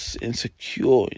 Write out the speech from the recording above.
insecure